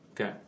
Okay